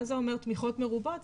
מה זה אומר תמיכות מרובות?